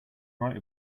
right